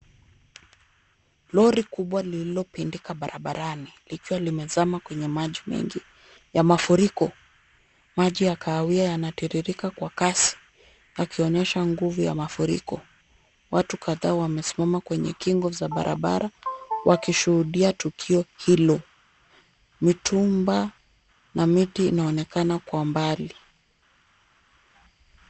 Lori kubwa lililopindika barabarani likiwa limezama kwenye maji mingi ya mafuriko. Maji ya kahawia yanatiririka kwa kasi, yakionyesha nguvu ya mafuriko. Watu kadha wamesimama kwenye kingo za barabara wakishuhudia tukio hilo, mitumba na miti inaonekana kwa mbali.